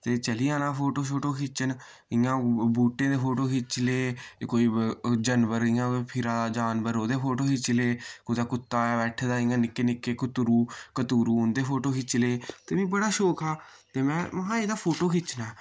ते चली जाना फोटो शोटो खिच्चन इय्यां बूह्टें दे फोटो खिच्च ले कोई व जानवर इय्यां फिरा दा जानवर ओह्दे फोटो खिच्ची ले कुतै कुत्ता ऐ बैठे दा इय्यां निक्के निक्के कुत्तरू कतुरु उं'दे फोटो खिच्ची ले ते मि बड़ा शौक हा ते मैं महा इ'दा फोटो खिच्चना ऐ